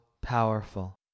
powerful